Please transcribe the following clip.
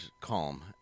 calm